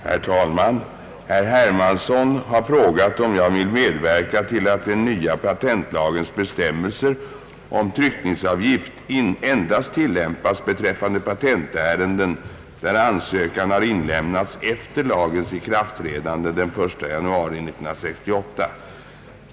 Herr talman! Herr Hermansson har frågat, om jag vill medverka till att den nya patentlagens bestämmelser om tryckningsavgift endast tillämpas beträffande patentärenden, där ansökan har inlämnats efter lagens ikraftträdande den 1 januari 1968.